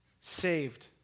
saved